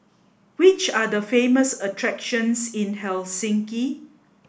which are the famous attractions in Helsinki